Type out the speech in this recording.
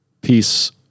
peace